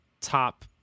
top